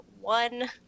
one